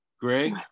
Greg